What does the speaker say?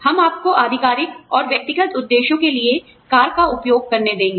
हम आपको आधिकारिक और व्यक्तिगत उद्देश्यों के लिए कार का उपयोग करने देंगे